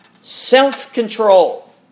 self-control